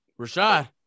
Rashad